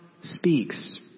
speaks